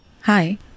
Hi